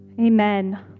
Amen